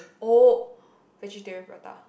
oh vegetarian prata